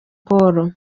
paul